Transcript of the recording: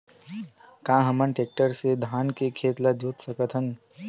का हमन टेक्टर से धान के खेत ल जोत सकथन?